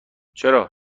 چرا